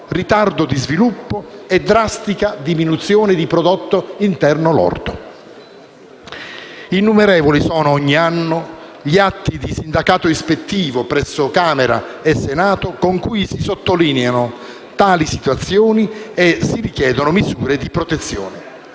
ritardo di sviluppo e drastica diminuzione di prodotto interno lordo. Innumerevoli sono ogni anno gli atti di sindacato ispettivo presso Camera e Senato con cui si sottolineano tali situazioni e si richiedono misure di protezione.